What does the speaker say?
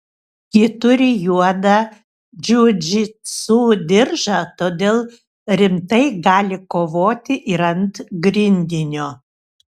ji turi juodą džiudžitsu diržą todėl rimtai gali kovoti ir ant grindinio